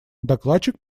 докладчик